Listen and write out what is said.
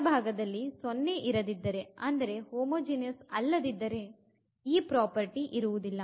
ಬಲಭಾಗದಲ್ಲಿ 0 ಇರದಿದ್ದರೆ ಅಂದರೆ ಹೋಮೋ ಜೀನಿಯಸ್ ಅಲ್ಲದಿದ್ದರೆ ಈ ಪ್ರಾಪರ್ಟಿ ಇರುವುದಿಲ್ಲ